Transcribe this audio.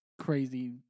crazy